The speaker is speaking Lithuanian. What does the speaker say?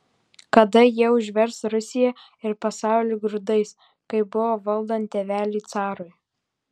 kada jie užvers rusiją ir pasaulį grūdais kaip buvo valdant tėveliui carui